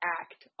act